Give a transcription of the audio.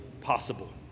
possible